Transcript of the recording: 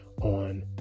on